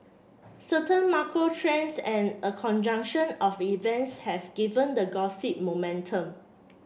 certain macro trends and a conjunction of events have given the gossip momentum